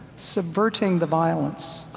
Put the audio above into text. subverting the violence,